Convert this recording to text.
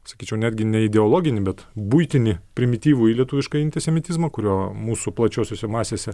sakyčiau netgi ne ideologinį bet buitinį primityvųjį lietuviškąjį intisemitizmą kurio mūsų plačiosiose masėse